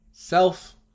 self